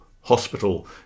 hospital